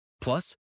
Plus